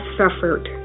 suffered